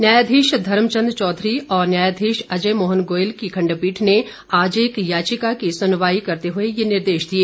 न्यायाधीश धर्मचंद चौधरी और न्यायाधीश अजय मोहन गोयल की खंडपीठ ने आज एक याचिका की सुनवाई करते हुए ये निर्देश दिए